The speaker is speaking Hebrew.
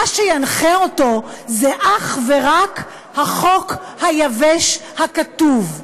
מה שינחה אותו זה אך ורק החוק היבש, הכתוב.